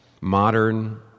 modern